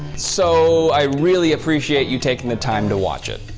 so, i really appreciate you taking the time to watch it.